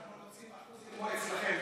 אבל אנחנו רוצים אחוזים כמו אצלכם,